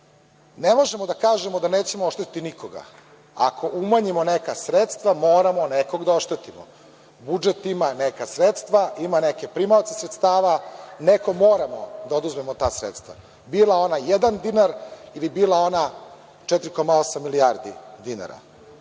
možemo da kažemo da nećemo oštetiti nikoga, ako umanjimo neka sredstva moramo nekog da oštetimo. Budžet ima neka sredstva, ima neke primaoce sredstava, nekome moramo da oduzmemo ta sredstva, bila ona jedan dinar ili bila ona 4,8 milijardi dinara.